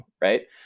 right